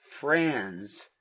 friends